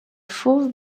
fauve